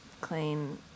clean